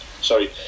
Sorry